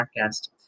podcast